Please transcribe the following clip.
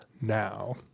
now